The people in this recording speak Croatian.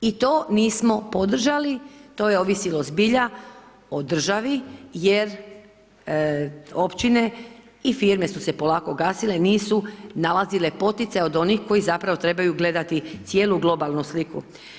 I to nismo podržali, to je ovisilo zbilja o državi jer općine i firme su se polako gasile, nisu nalazile poticaj od onih koji zapravo trebaju gledati cijelu globalnu sliku.